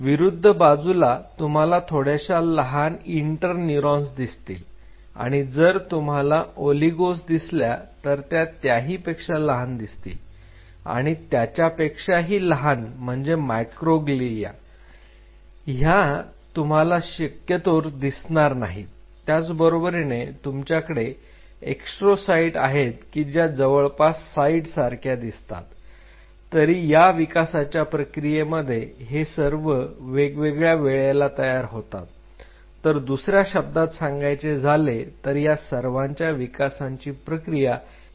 विरुद्ध बाजूला तुम्हाला थोड्याशा लहान इंटर न्यूरॉन दिसतील आणि जर तुम्हाला ओलीगोस दिसल्या तर त्या त्याहीपेक्षा लहान दिसतील आणि याच्या पेक्षाही लहान म्हणजे मायक्रोग्लिया ह्या तुम्हाला शक्यतो दिसणार नाहीत त्याचबरोबरीने तुमच्याकडे एस्ट्रोसाईट आहेत की ज्या जवळपास साईट सारख्या दिसतात तरी या विकासाच्या प्रक्रियेमध्ये हे सर्व वेगवेगळ्या वेळेला तयार होतात तर दुसऱ्या शब्दात सांगायचे झाले तर या सर्वांच्या विकासाची प्रक्रिया ही वेगवेगळी असते